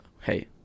hey